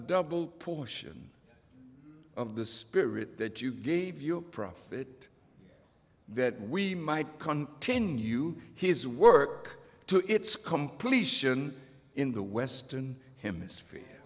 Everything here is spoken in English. double portion of the spirit that you gave your prophet that we might continue his work to its completion in the western hemisphere